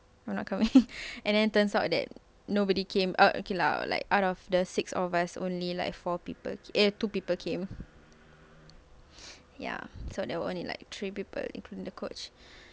I'm not coming and then turns out that nobody came uh okay lah like out of the six of us only like four people c~ eh two people came ya so that were only like three people including the coach